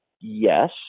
Yes